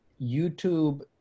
YouTube